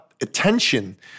attention